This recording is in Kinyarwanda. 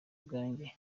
ubwanjye